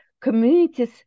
Communities